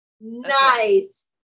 Nice